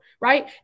right